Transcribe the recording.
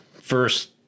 first